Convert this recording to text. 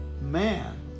man